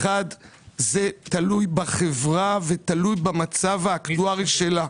אחד, זה תלוי בחברה ותלוי במצב האקטוארי שלה.